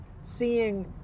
seeing